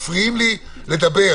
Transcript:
מפריעים לי לדבר,